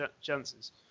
chances